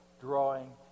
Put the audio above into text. drawing